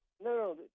No